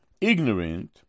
ignorant